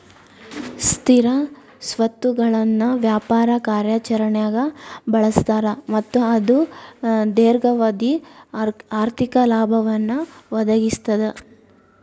ಸ್ಥಿರ ಸ್ವತ್ತುಗಳನ್ನ ವ್ಯಾಪಾರ ಕಾರ್ಯಾಚರಣ್ಯಾಗ್ ಬಳಸ್ತಾರ ಮತ್ತ ಅದು ದೇರ್ಘಾವಧಿ ಆರ್ಥಿಕ ಲಾಭವನ್ನ ಒದಗಿಸ್ತದ